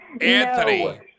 Anthony